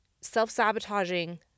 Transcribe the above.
self-sabotaging